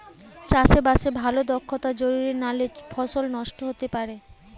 চাষে বাসে ভালো দক্ষতা জরুরি নালে ফসল নষ্ট হতে পারে